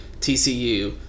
TCU